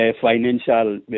financial